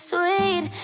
Sweet